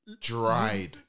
Dried